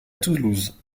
toulouse